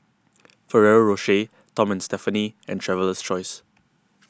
Ferrero Rocher Tom and Stephanie and Traveler's Choice